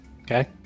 okay